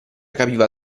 capiva